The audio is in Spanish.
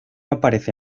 aparece